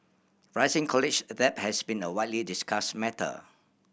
rising college debt has been a widely discussed matter